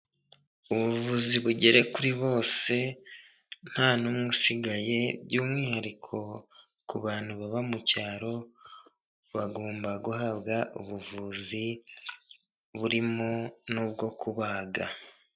Ubuvuzi bugere kuri bose nta n'umwe usigaye by'umwihariko ku bantu baba mu cyaro, bagomba guhabwa ubuvuzi burimo n'ubwo kubaga.